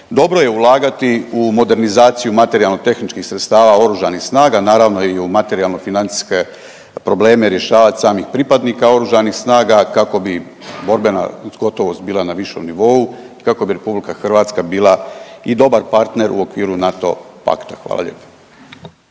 Dobro je ulagati u modernizaciju materijalno-tehničkih sredstava Oružanih snaga, naravno i u materijalno-financijske probleme rješavati samih pripadnika Oružanih snaga kako bi borbenost bila na višem nivou, kako bi RH bila i dobar partner u okviru NATO pakta. Hvala lijepo.